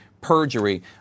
perjury